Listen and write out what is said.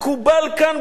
מקובל כאן,